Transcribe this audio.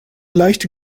leichte